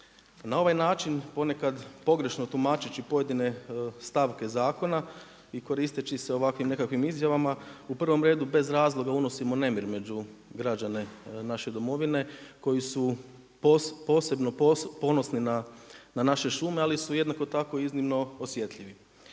Na ovaj način ponekad pogrešno tumačeći pojedine stavke zakona i koristeći se ovakvim nekakvim izjavama u prvom redu bez razloga unosimo nemir među građane naše domovine koji su posebno ponosni na naše šume ali su jednako tako iznimno osjetljivi.